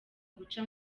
guca